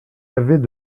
avait